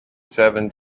seven